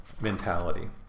mentality